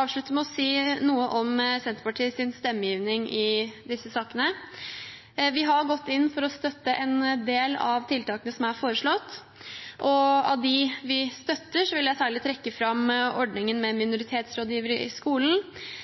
avslutte med å si noe om Senterpartiets stemmegivning i disse sakene. Vi har gått inn for å støtte en del av tiltakene som er foreslått. Av dem vi støtter, vil jeg særlig trekke fram ordningen med minoritetsrådgivere i skolen,